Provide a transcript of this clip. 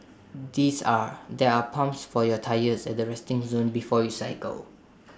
these are there are pumps for your tyres at the resting zone before you cycle